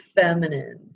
feminine